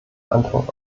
antwort